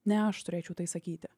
ne aš turėčiau tai sakyti